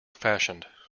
fashioned